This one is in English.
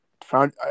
found